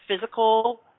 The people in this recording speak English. physical